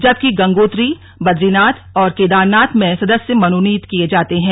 जबकि गंगोत्री बदरीनाथ और केदारनाथ में सदस्य मनोनीत किए जाते हैं